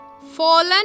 fallen